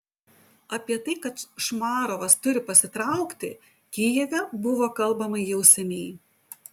apie tai kad šmarovas turi pasitraukti kijeve buvo kalbama jau seniai